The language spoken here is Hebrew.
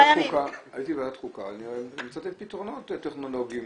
הייתי בוועדת חוקה, צריך לתת פתרונות טכנולוגיים